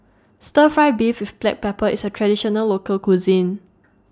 Stir Fry Beef with Black Pepper IS A Traditional Local Cuisine